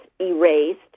erased